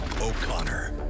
O'Connor